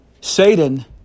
Satan